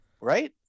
right